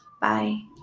Bye